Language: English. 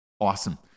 Awesome